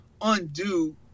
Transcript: undo